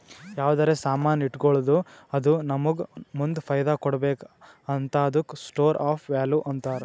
ಯಾವ್ದರೆ ಸಾಮಾನ್ ಇಟ್ಗೋಳದ್ದು ಅದು ನಮ್ಮೂಗ ಮುಂದ್ ಫೈದಾ ಕೊಡ್ಬೇಕ್ ಹಂತಾದುಕ್ಕ ಸ್ಟೋರ್ ಆಫ್ ವ್ಯಾಲೂ ಅಂತಾರ್